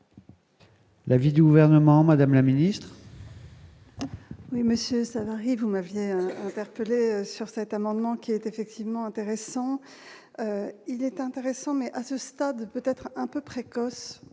L'avis du gouvernement, Madame la Ministre.